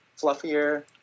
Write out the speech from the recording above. fluffier